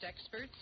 experts